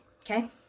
okay